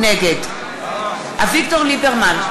נגד אביגדור ליברמן,